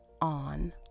on